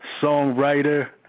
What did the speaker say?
songwriter